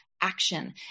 action